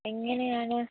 എങ്ങനെയാണ്